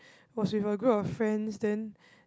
was with her group of friends then